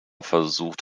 versucht